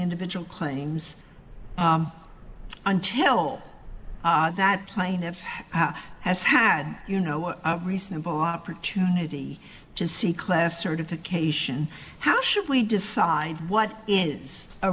individual claims until that plaintiff has had you know a reasonable opportunity to see class certification how should we decide what is a